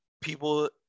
people